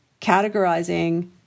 categorizing